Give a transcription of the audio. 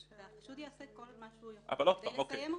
והחשוד יעשה כל מה שהוא יכול כדי לסיים אותו.